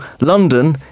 London